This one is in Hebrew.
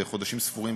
בחודשים ספורים,